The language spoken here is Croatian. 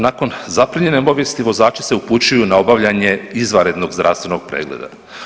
Nakon zaprimljene obavijesti vozači se upućuju na obavljanje izvanrednog zdravstvenog pregleda.